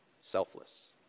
selfless